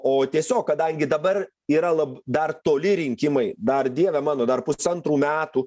o tiesiog kadangi dabar yra lab dar toli rinkimai dar dieve mano dar pusantrų metų